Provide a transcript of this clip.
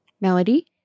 Melody